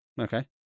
Okay